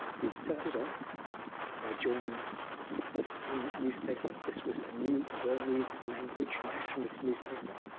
he started off by joining the sun newspaper. this was new burmese-language nationalist newspaper.